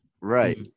Right